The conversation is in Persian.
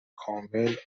کامل